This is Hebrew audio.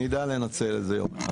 אני אדע לנצל את זה יום אחד.